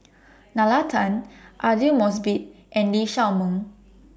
Nalla Tan Aidli Mosbit and Lee Shao Meng